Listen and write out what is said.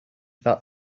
that